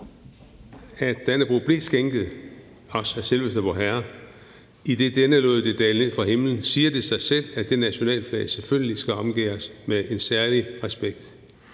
at Dannebrog blev skænket os af selveste Vorherre, idet denne lod det dale ned fra himlen, siger det sig selv, at det nationalflag selvfølgelig skal omgærdes med en særlig respekt,